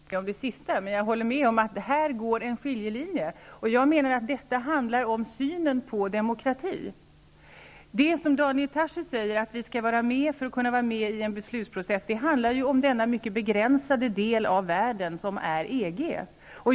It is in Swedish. Herr talman! Jag håller inte med om det sista, men jag håller med om att det här går en skiljelinje, och jag menar att detta handlar om synen på demokrati. Daniel Tarschys säger att vi skall vara med för att kunna delta i beslutsprocessen, men det handlar ju här om den mycket begränsade del av världen som är EG.